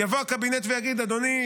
יבוא הקבינט ויגיד: אדוני,